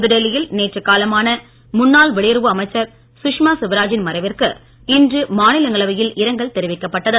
புதுடெல்லியில் நேற்ற காலமான முன்னாள் வெளியுறுவு அமைச்சர் சுஷ்மா சுவராஜின் மறைவிற்கு இன்று மாநிலங்களவையில் இரங்கள் தெரிவிக்கப்பட்டுள்ளது